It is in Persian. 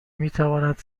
میتواند